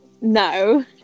no